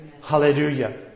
Hallelujah